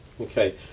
Okay